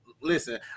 listen